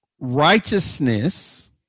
righteousness